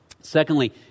Secondly